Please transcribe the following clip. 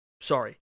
Sorry